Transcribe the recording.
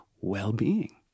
well-being